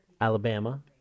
Alabama